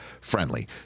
friendly